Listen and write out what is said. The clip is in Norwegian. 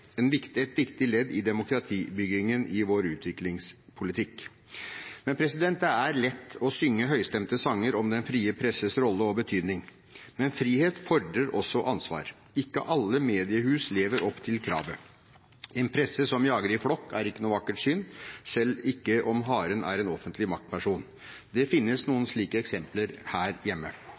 en del av vår utviklingspolitikk. Kurs, konferanser og faglige verksteder for journalister og redaktører i samarbeidsland skal være med på å spre kunnskap, forståelse og holdninger. Det er et viktig ledd i demokratibyggingen i vår utviklingspolitikk. Det er lett å synge høystemte sanger om den frie presses rolle og betydning. Men frihet fordrer også ansvar. Ikke alle mediehus lever opp til kravet. En presse som jager i flokk, er ikke noe